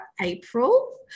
April